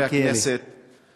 חבר הכנסת מיכאל מלכיאלי.